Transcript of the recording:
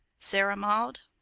sarah maud,